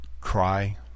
cry